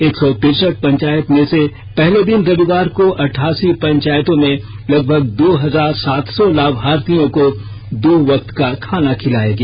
एक सौ तिरसठ पंचायत मे से पहले दिन रविवार को अठासी पंचायतों में लगभग दो हजार सात सौ लाभार्थियों को दो वक्त का खाना खिलाया गया